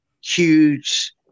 huge